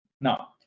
now